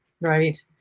Right